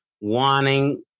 wanting